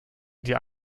die